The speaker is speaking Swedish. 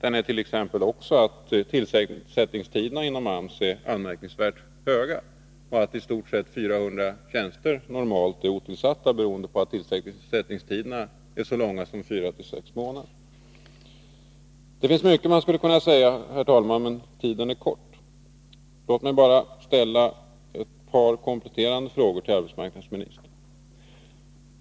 En annan slutsats är att tillsättningstiderna av vakanta tjänster inom AMS är anmärkningsvärt låga och att i stort sett 400 tjänster är otillsatta, beroende på att tillsättningstiderna är fyra till sex månader. Det finns mycket man skulle kunna säga, herr talman, men tiden är kort. Låt mig bara ställa ett par kompletterande frågor till arbetsmarknadsministern.